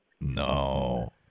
No